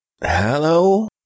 Hello